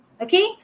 okay